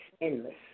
endless